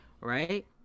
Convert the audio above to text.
right